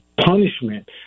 punishment